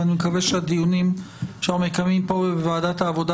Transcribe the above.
ואני מקווה שהדיונים שאנחנו מקיימים פה ובוועדת העבודה